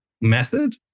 method